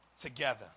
together